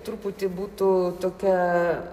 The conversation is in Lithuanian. truputį būtų tokia